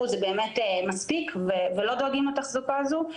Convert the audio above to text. זה באמת מספיק ולא דואגים לתחזוקה הזו,